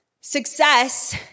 Success